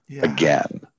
again